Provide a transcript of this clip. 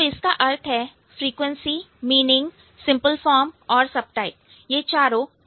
तो इसका अर्थ है फ्रीक्वेंसी मीनिंग सिंपल फॉर्म और सबटाइप यह चारों एक दूसरे से संबंधित है